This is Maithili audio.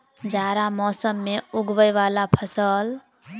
जाड़ा मौसम मे उगवय वला फसल?